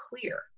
clear